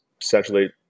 essentially